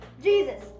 Jesus